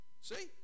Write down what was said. see